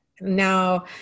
now